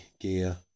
gear